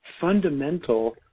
fundamental